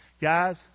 Guys